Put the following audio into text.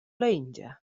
lingia